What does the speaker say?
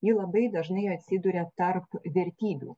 ji labai dažnai atsiduria tarp vertybių